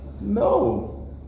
No